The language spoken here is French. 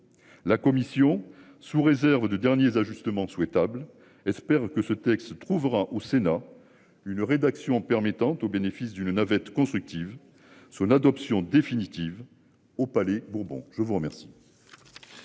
La commission sous réserve des derniers ajustements souhaitables espère que ce texte se trouvera au Sénat une rédaction permettant au bénéfice d'une navette constructive. Son adoption définitive au Palais Bourbon. Je vous remercie.